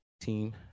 team